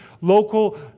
local